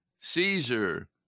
Caesar